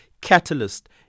catalyst